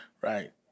Right